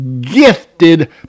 gifted